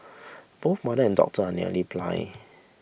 both mother and daughter are nearly blind